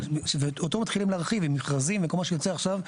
ואותו מתחילים להרחיב עם מכרזים וכל מה שיוצא עכשיו.